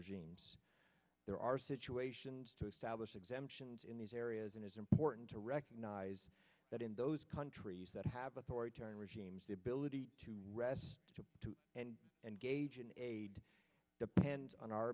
regimes there are situations to establish exemptions in these areas and it's important to recognize that in those countries that have authoritarian regimes the ability to rest to and and gauge in aid depends on our